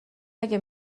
اگه